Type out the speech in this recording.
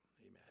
Amen